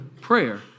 prayer